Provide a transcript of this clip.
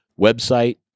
website